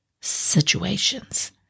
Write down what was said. situations